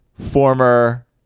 former